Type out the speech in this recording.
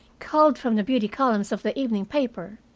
culled from the beauty columns of the evening paper,